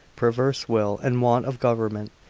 perverse will, and want of government,